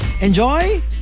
enjoy